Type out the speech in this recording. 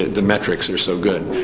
the metrics are so good.